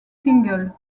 singles